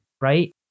right